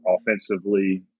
offensively